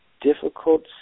difficult